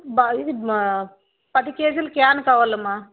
పది కేజీలు క్యాన్ కావాలమ్మా